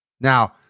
Now